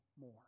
more